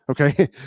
Okay